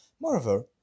Moreover